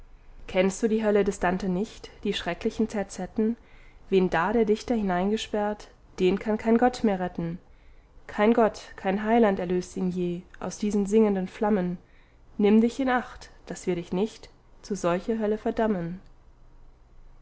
kennst du die hölle des dante nicht die schrecklichen terzetten wen da der dichter hineingesperrt den kann kein gott mehr retten kein gott kein heiland erlöst ihn je aus diesen singenden flammen nimm dich in acht daß wir dich nicht zu solcher hölle verdammen